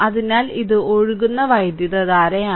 അതിനാൽ ഇത് ഒഴുകുന്ന വൈദ്യുതധാരയാണ്